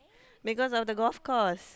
because of the golf course